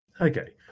Okay